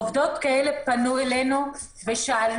עובדות כאלה פנו אלינו ושאלו,